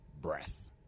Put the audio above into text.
breath